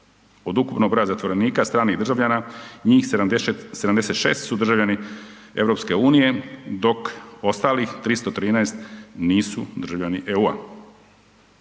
Od ukupnog broja zatvorenika stranih državljana njih 76 su državljani EU dok ostalih 313 nisu državljani EU-a.